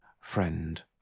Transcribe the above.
friend